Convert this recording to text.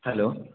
hello